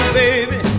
baby